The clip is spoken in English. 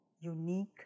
unique